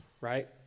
right